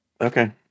Okay